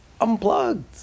unplugged